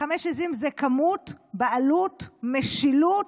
חמש העיזים הן: כמות, בעלות, משילות,